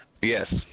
Yes